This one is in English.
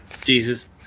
Jesus